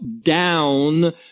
down